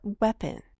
weapon